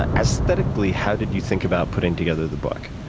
ah aesthetically, how did you think about putting together the book?